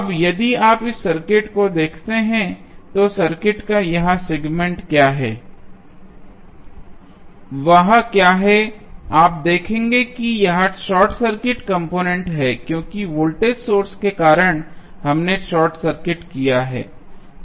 अब यदि आप इस सर्किट को देखते हैं तो सर्किट का यह सेगमेंट क्या है वहां क्या है आप देखेंगे कि यह शॉर्ट सर्किट कम्पार्टमेंट है क्योंकि वोल्टेज सोर्स के कारण हमने शॉर्ट सर्किट किया है